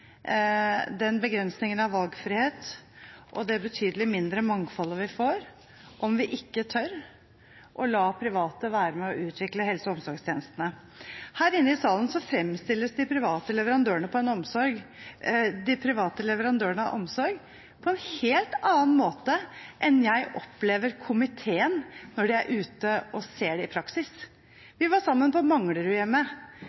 begrensningen av valgfrihet og det betydelig mindre mangfoldet vi får om vi ikke tør å la private være med og utvikle helse- og omsorgstjenestene. Her inne i salen framstilles de private leverandørene av omsorg på en helt annen måte enn hvordan jeg opplever komiteen når vi er ute og ser det i praksis. Vi var sammen på